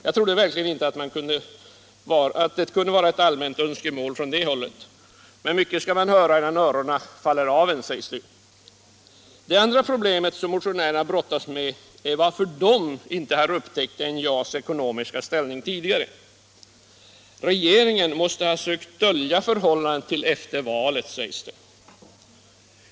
Jag trodde verkligen inte att detta kunde vara ett allmänt önskemål från det hållet — men mycket skall man höra innan öronen faller av, sägs det. Det andra problemet som motionärerna brottas med är varför de inte upptäckt NJA:s ekonomiska ställning tidigare. Regeringen måste ha sökt dölja förhållandet till efter valet, sägs det.